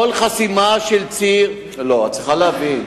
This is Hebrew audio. כל חסימה של ציר, לא, את צריכה להבין